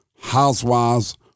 housewives